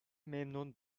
memnun